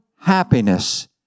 happiness